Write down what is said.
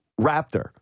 Raptor